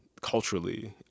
culturally